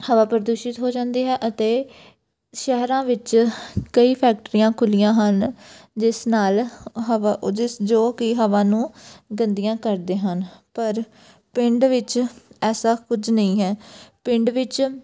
ਹਵਾ ਪ੍ਰਦੂਸ਼ਿਤ ਹੋ ਜਾਂਦੀ ਹੈ ਅਤੇ ਸ਼ਹਿਰਾਂ ਵਿੱਚ ਕਈ ਫੈਕਟਰੀਆਂ ਖੁੱਲ੍ਹੀਆਂ ਹਨ ਜਿਸ ਨਾਲ ਹ ਹਵਾ ਉਹ ਜਿਸ ਜੋ ਕਿ ਹਵਾ ਨੂੰ ਗੰਦੀਆਂ ਕਰਦੇ ਹਨ ਪਰ ਪਿੰਡ ਵਿੱਚ ਐਸਾ ਕੁਝ ਨਹੀਂ ਹੈ ਪਿੰਡ ਵਿੱਚ